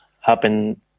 happen